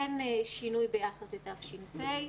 אין שינוי ביחס לתש"ף,